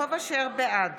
בעד